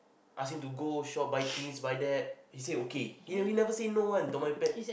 ask him to go shop buy this buy that he say okay he never say no one to my pet